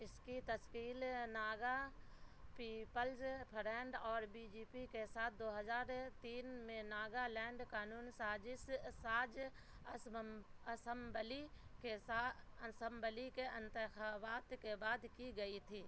اس کی تشکیل Naga people's front اور بی جے پی کے ساتھ دو ہزار تین میں ناگا لینڈ قانون ساز ساز اسبم اسمبلی کے سا اسمبلی کے انتخابات کے بعد کی گئی تھی